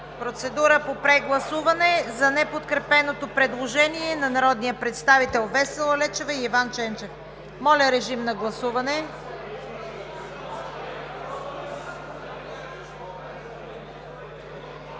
Процедура по прегласуване за неподкрепеното предложение на народните представители Весела Лечева и Иван Ченчев. Моля, режим на гласуване.